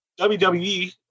WWE